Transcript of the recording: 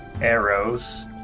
arrows